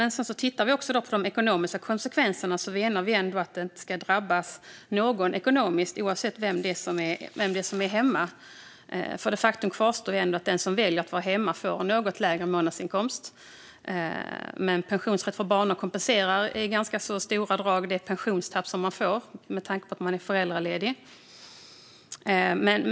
När det gäller de ekonomiska konsekvenserna menar vi att ingen ska drabbas ekonomiskt, oavsett vem det är som är hemma, för faktum kvarstår att den som väljer att vara hemma får en något lägre månadsinkomst. Men pensionsrätt för barnår kompenserar ganska mycket det pensionstapp som man får när man är föräldraledig.